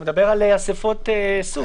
אתה מדבר על אספות סוג.